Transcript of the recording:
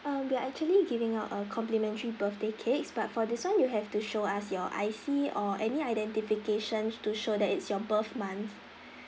um we are actually giving out a complimentary birthday cakes but for this one you have to show us your I_C or any identifications to show that it's your birth month